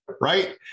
Right